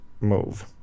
move